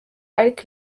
ariko